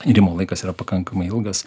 irimo laikas yra pakankamai ilgas